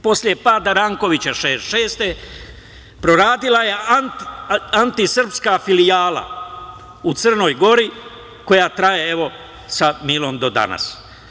Posle pada Rankovića 1966. godine, proradila je antisrpska filijala u Crnoj Gori, koja traje, evo, sa Milom do danas.